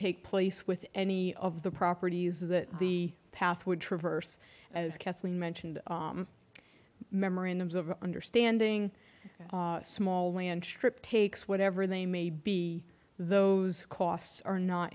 take place with any of the properties that the path would traverse as kathleen mentioned memorandums of understanding small land strip takes whatever they may be those costs are not